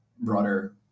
broader